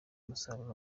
umusaruro